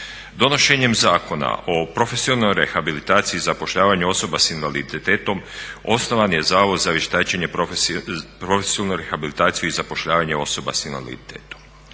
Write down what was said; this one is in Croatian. Donošenjem Zakona o profesionalnoj rehabilitaciji i zapošljavanju osoba sa invaliditetom osnovan je Zavod za vještačenje profesionalnu rehabilitaciju i zapošljavanje osoba sa invaliditetom.